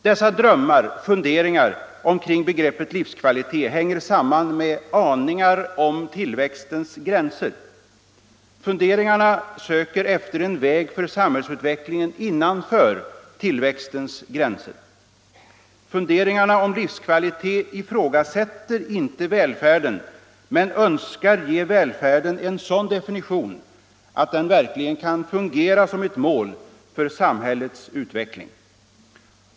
Dessa drömmar, funderingar, omkring begreppet livskvalitet hänger samman med aningar om tillväxtens gränser. Funderingarna söker efter en väg för samhällsutvecklingen innanför tillväxtens gränser. Funderingarna om livskvalitet ifrågasätter inte välfärden men önskar ge välfärden en sådan definition att den verkligen kan fungera som ett mål för sam hällets utveckling.